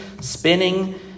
spinning